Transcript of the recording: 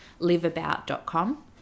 liveabout.com